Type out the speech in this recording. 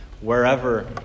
wherever